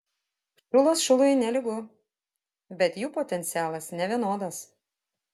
šulas šului nelygu bet jų potencialas nevienodas